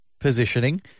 positioning